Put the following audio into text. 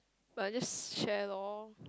but I just share loh